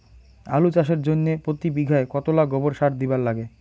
আলু চাষের জইন্যে প্রতি বিঘায় কতোলা গোবর সার দিবার লাগে?